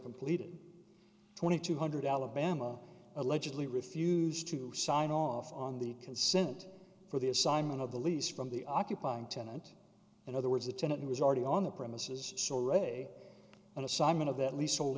completed twenty two hundred alabama allegedly refused to sign off on the consent for the assignment of the lease from the occupying tenant in other words the tenant was already on the premises soul an assignment of that l